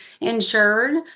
insured